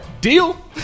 Deal